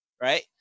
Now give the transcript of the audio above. right